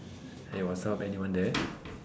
eh what's up anyone there